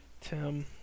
Tim